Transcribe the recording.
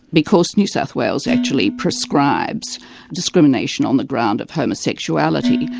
because new south wales actually proscribes discrimination on the ground of homosexuality.